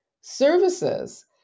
services